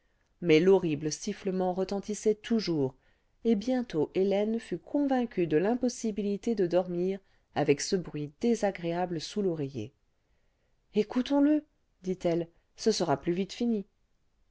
mais l'horrible sifflement retentissait toujours et bientôt hélène fut convaincue de l'impossibilité de dormir avec ce bruit désagréable sous l'oreiller ecoutons le dit-elle ce sera plus vite fini